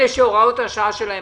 אלה שהוראות השעה שלהם